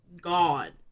God